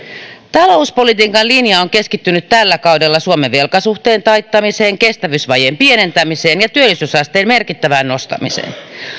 talouspolitiikan linja on on keskittynyt tällä kaudella suomen velkasuhteen taittamiseen kestävyysvajeen pienentämiseen ja työllisyysasteen merkittävään nostamiseen